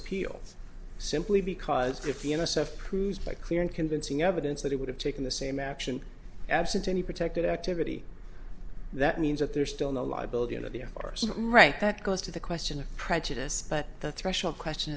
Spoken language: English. appeal simply because if the n s f proves by clear and convincing evidence that he would have taken the same action absent any protected activity that means that there's still no liability into the air force right that goes to the question of prejudice but the threshold question